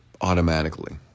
automatically